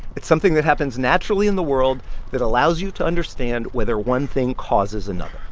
it's something that happens naturally in the world that allows you to understand whether one thing causes another.